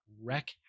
wreck